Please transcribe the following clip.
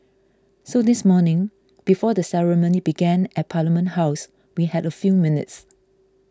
so this morning before the ceremony began at Parliament House we had a few minutes